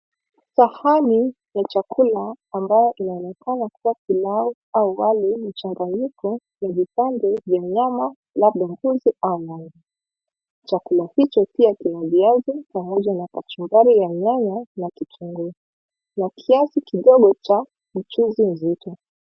Sahani ya chakula ambayo inaonekana kuwa pilau au wali ni mchanganyiko wenye vipande vya nyama labda ng'ombe au nguruwe. Chakula hicho pia kina viazi pamoja na kachumbari ya nyanya na kitunguu na kiasi kidogo cha mchuzi mzito.